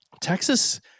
Texas